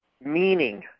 meaning